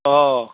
অঁ